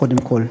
קודם כול.